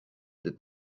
the